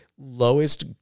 lowest